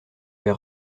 vais